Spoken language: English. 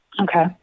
Okay